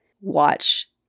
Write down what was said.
watch